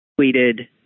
tweeted